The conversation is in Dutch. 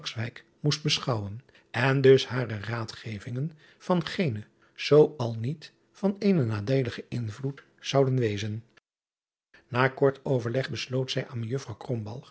moest beschouwen en dus hare raadgevingen van geenen zoo al niet van eenen nadeeligen invloed zouden wezen a kort overleg besloot zij aan ejuffrouw